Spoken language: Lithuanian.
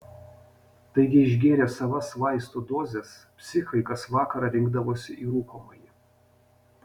taigi išgėrę savas vaistų dozes psichai kas vakarą rinkdavosi į rūkomąjį